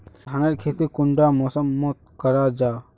धानेर खेती कुंडा मौसम मोत करा जा?